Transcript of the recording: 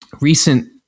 recent